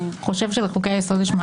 זה גם קיים שם וזה גם